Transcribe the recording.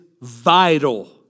vital